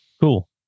Cool